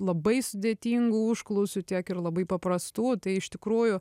labai sudėtingų užklausių tiek ir labai paprastų tai iš tikrųjų